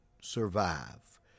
survive